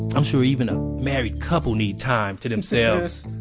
i'm sure even a married couple need time to themselves.